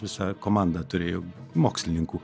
visą komandą turėjo mokslininkų